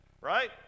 right